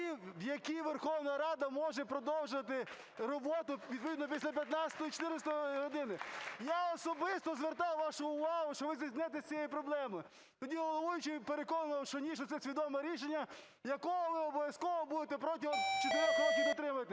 в які Верховна Рада може продовжити роботу відповідно після 14 години. Я особисто звертав вашу увагу, що ви зіткнетесь з цією проблемою, тоді головуючий переконував, що ні, що це свідоме рішення, яке ви обов'язково будете протягом чотирьох років дотримуватись.